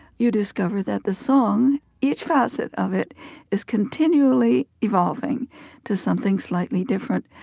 you discover that the song each facet of it is continually evolving to something slightly different.